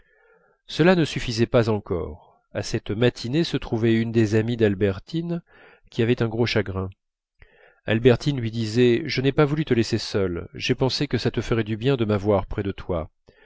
cela ne suffisait pas encore à cette matinée se trouvait une des amies d'albertine qui avait un gros chagrin albertine lui disait je n'ai pas voulu te laisser seule j'ai pensé que ça te ferait du bien de m'avoir près de toi